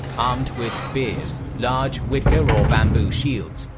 armed with spears, large wicker or bamboo shields,